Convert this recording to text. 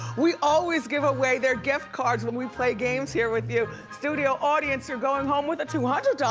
we always give away their gift cards when we play games here with you. studio audience you're going home with a two hundred dollars